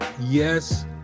Yes